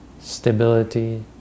stability